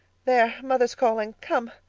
there, mother's calling. come.